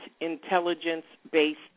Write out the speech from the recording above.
intelligence-based